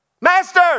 Master